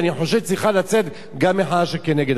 ואני חושב צריכה לצאת גם מחאה שכנגד,